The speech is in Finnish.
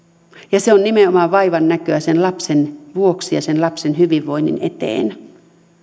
ja se on nimenomaan vaivannäköä sen lapsen vuoksi ja sen lapsen hyvinvoinnin eteen